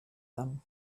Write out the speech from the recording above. them